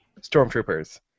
stormtroopers